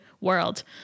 world